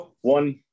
one